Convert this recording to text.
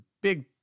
big